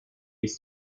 les